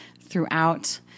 throughout